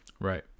Right